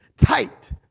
tight